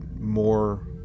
more